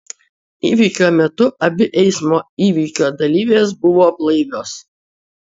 įvykio metu abi eismo įvykio dalyvės buvo blaivios